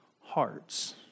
hearts